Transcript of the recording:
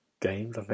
Games